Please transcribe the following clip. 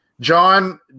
John